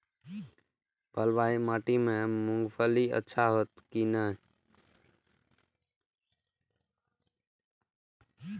बलवाही माटी में मूंगफली अच्छा होते की ने?